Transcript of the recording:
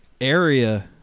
area